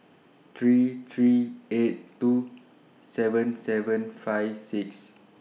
three three eight two seven seven five six